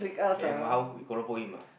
then what how we keropok him ah